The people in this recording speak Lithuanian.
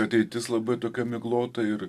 ateitis labai tokia miglota ir